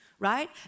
Right